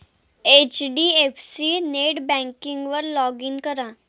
HDFC नेटबँकिंगवर log in करा